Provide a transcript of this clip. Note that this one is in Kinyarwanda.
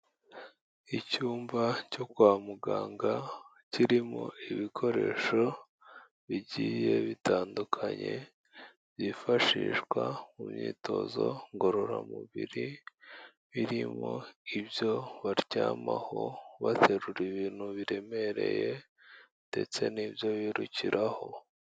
Icyumba cyo kwa muganga kirimo ibikoresho bigiye bitandukanye byifashishwa mu myitozo ngororamubiri, birimo ibyo baryamaho baterura ibintu biremereye ndetse n'ibyo birukiraho.